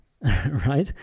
right